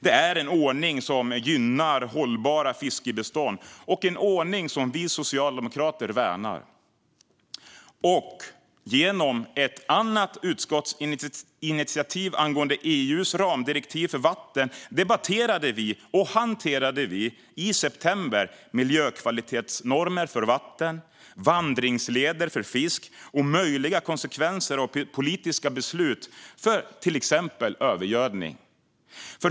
Det är en ordning som gynnar hållbara fiskebestånd och en ordning som vi socialdemokrater värnar. Genom ett annat utskottsinitiativ angående EU:s ramdirektiv för vatten debatterade och hanterade vi i september miljökvalitetsnormer för vatten, vandringsleder för fisk och möjliga konsekvenser av politiska beslut för till exempel övergödning.